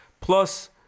plus